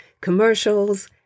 commercials